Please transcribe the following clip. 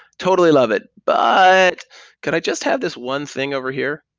totally love it, but can i just have this one thing over here?